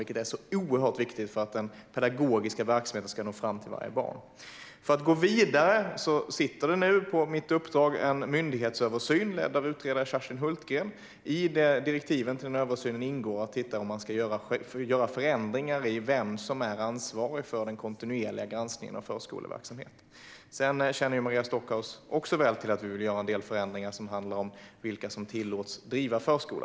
Det är oerhört viktigt för att den pedagogiska verksamheten ska nå fram till varje barn. För att gå vidare pågår nu på mitt uppdrag en myndighetsöversyn ledd av utredare Kerstin Hultgren. I direktiven till översynen ingår att titta på om man ska göra förändringar i vem som är ansvarig för den kontinuerliga granskningen av förskoleverksamheten. Sedan känner Maria Stockhaus väl till att vi vill göra en del förändringar som handlar om vilka som tillåts driva förskola.